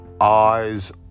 Eyes